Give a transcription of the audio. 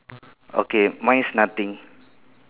okay mine is nothing